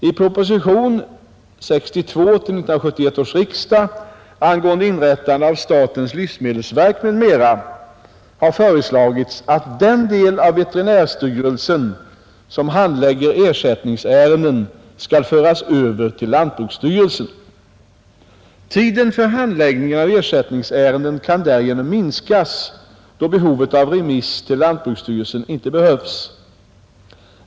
I proposition 1971:62 angående inrättande av statens livsmedelsverk m.m. har föreslagits att den del av veterinärstyrelsen som handlägger ersättningsärenden skall föras över till lantbruksstyrelsen. Tiden för handläggningen av ersättningsärenden kan därigenom minskas, då remiss till lantbruksstyrelsen inte behövs.